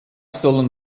sollen